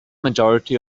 majority